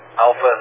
Alpha